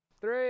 three